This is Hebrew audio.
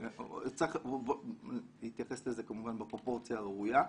שצריך כמובן להתייחס לזה בפרופורציה הראויה,